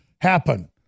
happen